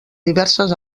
diverses